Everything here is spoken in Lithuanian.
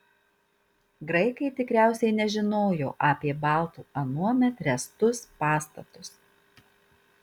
graikai tikriausiai nežinojo apie baltų anuomet ręstus pastatus